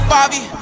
Bobby